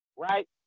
right